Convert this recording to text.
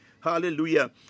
hallelujah